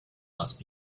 must